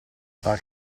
far